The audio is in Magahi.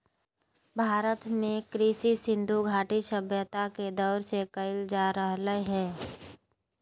भारत में कृषि सिन्धु घटी सभ्यता के दौर से कइल जा रहलय हें